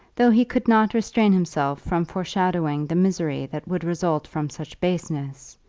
though he could not restrain himself from foreshadowing the misery that would result from such baseness,